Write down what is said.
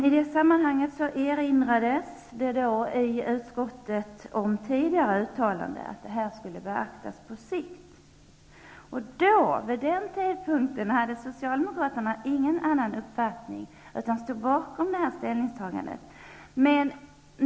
I det sammanhanget erinrades i utskottet om tidigare uttalande, nämligen att det här skulle beaktas på sikt. Vid den tidpunkten hade Socialdemokraterna ingen avvikande uppfattning, utan stod bakom detta ställningstagande.